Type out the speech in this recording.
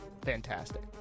fantastic